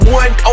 one